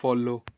follow